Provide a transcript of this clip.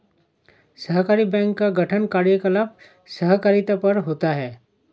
सहकारी बैंक का गठन कार्यकलाप सहकारिता पर होता है